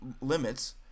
limits